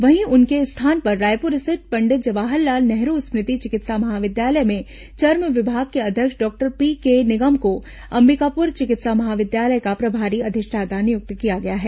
वहीं उनके स्थान पर रायपुर स्थित पंडित जवाहरलाल नेहरू स्मृति चिकित्सा महाविद्यालय में चर्म विभाग के अध्यक्ष डॉक्टर पीके निगम को अंबिकापुर चिकित्सा महाविद्यालय का प्रभारी अधिष्ठाता नियुक्त किया गया है